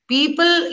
People